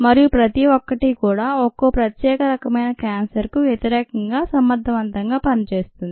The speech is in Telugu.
మరియు ప్రతిఒక్కటి కూడా ఒక్కో ప్రత్యేక రకమైన క్యాన్సర్ కు వ్యతిరేకంగా సమర్థవంతంగా పనిచేస్తుంది